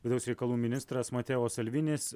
vidaus reikalų ministras mateo salvins